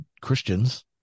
christians